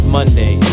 Monday